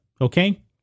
Okay